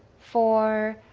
four.